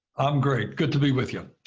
i'm great. good to be with you.